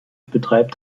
betreibt